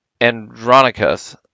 Andronicus